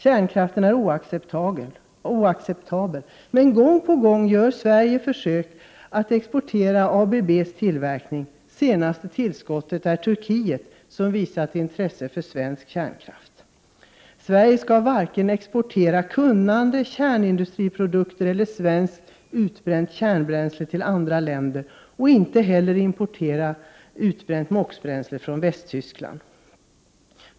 Kärnkraften är oacceptabel. Men gång på gång gör Sverige försök att exportera ABB:s tillverkning. Det senaste tillskottet är Turkiet, som visat intresse för svensk kärnkraft. Sverige skall inte exportera vare sig kunnande, kärnindustriprodukter eller svenskt utbränt kärnbränsle till andra länder och inte heller importera utbränt moxbränsle från Västtyskland.